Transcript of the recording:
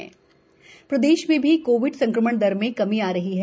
प्रदेश Covid प्रदेश में भी कोविड संक्रमण दर में कमी आ रही है